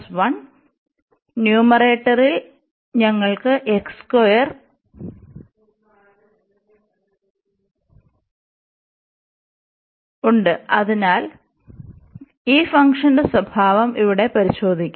ഉണ്ട് ഈ ഫംഗ്ഷന്റെ സ്വഭാവം ഇവിടെ പരിശോധിക്കും